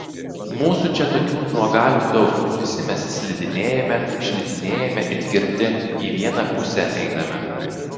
mūsų čia tokių nuogalių daug visi mes slidinėjame šlitinėjame it girti į vieną pusę einame